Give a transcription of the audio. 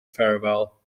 farewell